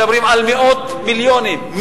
מדברים על מאות מיליונים.